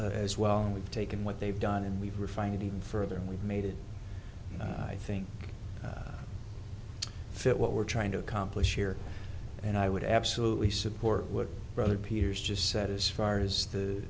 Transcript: well as well we've taken what they've done and we've refined it even further and we've made it i think fit what we're trying to accomplish here and i would absolutely support what brother peter's just said as far as the